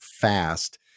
fast